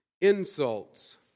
insults